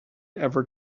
ever